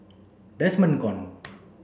Desmond Kon